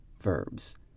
verbs